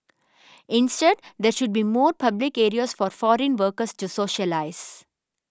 instead there should be more public areas for foreign workers to socialise